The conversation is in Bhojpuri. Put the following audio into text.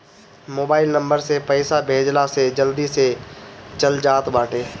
मोबाइल नंबर से पईसा भेजला से जल्दी से चल जात बाटे